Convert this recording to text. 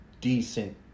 decent